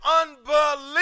unbelievable